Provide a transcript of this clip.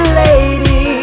lady